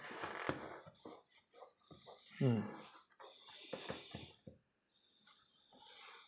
mm